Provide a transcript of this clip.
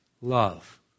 love